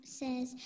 says